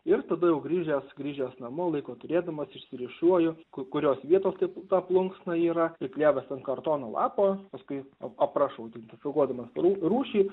ir tada jau grįžęs grįžęs namo laiko turėdamas išsirūšiuoju kurios vietos taip ta plunksna yra priklijavęs ant kartono lapo paskui ap aprašau identifikuodamas rūšį